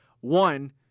One